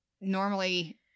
normally